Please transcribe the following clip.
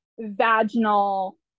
vaginal